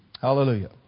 Hallelujah